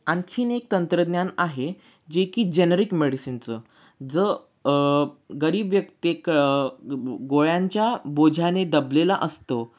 आणखीन एक तंत्रज्ञान आहे जे की जेनरिक मेडिसीनचं जर गरीब व्यक्ती क गोळ्यांच्या बोझ्याने दबलेला असतो